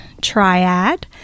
triad